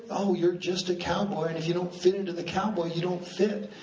oh, you're just a cowboy and if you don't fit into the cowboy, you don't fit.